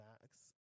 Max